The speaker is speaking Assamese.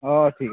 অঁ অঁ ঠিক আছে